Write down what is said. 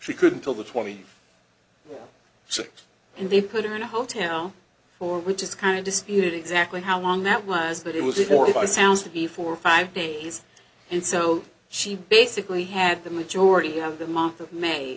she couldn't tell the twenty six and they put her in a hotel for which is kind of disputed exactly how long that was that it was reported by sounds to be four or five days and so she basically had the majority of the month of may